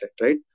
right